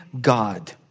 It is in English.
God